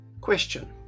Question